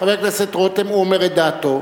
חבר הכנסת רותם, הוא אומר את דעתו.